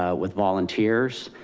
ah with volunteers,